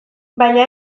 baina